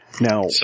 now